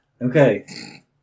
Okay